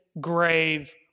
grave